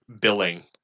billing